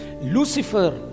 Lucifer